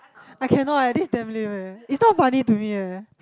I cannot eh this damn lame eh is not funny to me eh